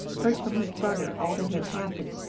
heard from his brother all that had happened,